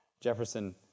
Jefferson